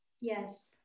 Yes